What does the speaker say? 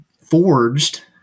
forged